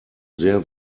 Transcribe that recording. sehr